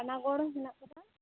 ᱯᱟᱱᱟᱜᱚᱲ ᱦᱮᱱᱟᱜ ᱠᱟᱫᱟ